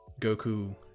goku